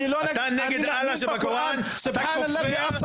אני לא נגד, אני מאמין בקוראן (מדבר בערבית).